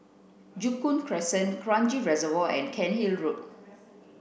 Joo Koon Crescent Kranji Reservoir and Cairnhill Road